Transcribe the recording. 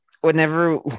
whenever